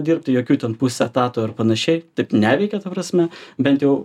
dirbti jokių ten pusę etato ir panašiai taip neveikia ta prasme bent jau